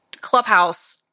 Clubhouse